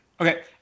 Okay